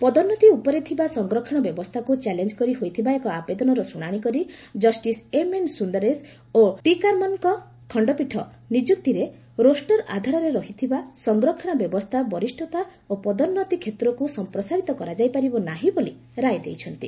ପଦୋନ୍ନତି ଉପରେ ଥିବା ସଂରକ୍ଷଣ ବ୍ୟବସ୍ଥାକୁ ଚ୍ୟାଲେଞ୍ଜ କରି ହୋଇଥିବା ଏକ ଆବେଦନର ଶୁଣାଶିକରି ଜଷ୍ଟିସ ଏମ୍ଏନ୍ ସୁନ୍ଦରେଶ ଓ ଟିକାରମନଙ୍କ ଖଣ୍ଡପୀଠ ନିଯୁକ୍ତିରେ ରୋଷ୍ଟର ଆଧାରରେ ରହିଥିବା ସଂରକ୍ଷଣ ବ୍ୟବସ୍ଥା ବରିଷ୍ଠତା ଓ ପଦୋନ୍ନତି କ୍ଷେତ୍ରକୁ ସମ୍ପ୍ରସାରିତ କରାଯାଇ ପାରିବ ନାହିଁ ବୋଲି ରାୟ ଦେଇଛନ୍ତି